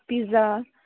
pizza